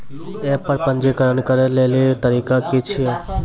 App पर पंजीकरण करै लेली तरीका की छियै?